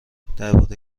درباره